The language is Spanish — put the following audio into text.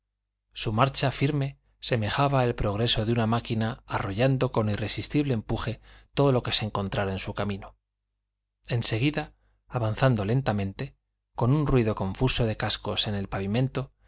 su marcha firme semejaba el progreso de una máquina arrollando con irresistible empuje todo lo que se encontrara en su camino en seguida avanzando lentamente con un ruido confuso de cascos en el pavimento